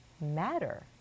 matter